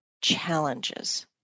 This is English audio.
challenges